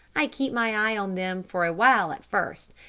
i keep my eye on them for a while at first,